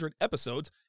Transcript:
episodes